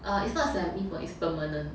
uh it's not semi it's permanent